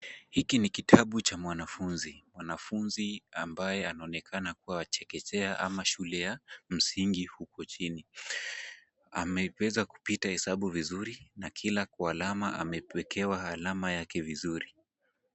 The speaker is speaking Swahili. Hiki ni kitabu cha mwanafunzi. Mwanafunzi ambaye anaonekana wa chekechea au shule ya msingi huko chini. Ameweza kupita hesabu vizuri na kila kwa alama amewekewa alama yake vizuri.